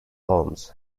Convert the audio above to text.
homes